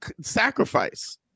sacrifice